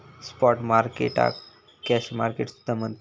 spot मार्केटाक cash market सुद्धा म्हणतत